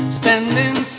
standing